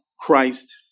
Christ